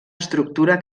estructura